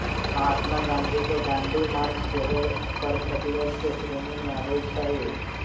महात्मा गांधी के दांडी मार्च सेहो कर प्रतिरोध के श्रेणी में आबै छइ